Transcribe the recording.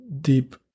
deep